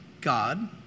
God